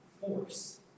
force